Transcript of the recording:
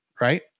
right